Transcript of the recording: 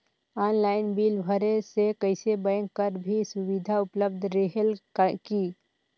Online bill भरे से कइसे बैंक कर भी सुविधा उपलब्ध रेहेल की?